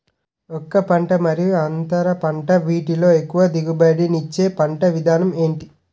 ఒక పంట మరియు అంతర పంట వీటిలో ఎక్కువ దిగుబడి ఇచ్చే పంట విధానం ఏంటి?